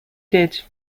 did